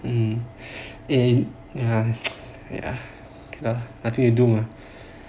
mm eh ya ya ya I think I do now